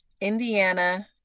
Indiana